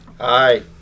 Hi